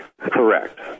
Correct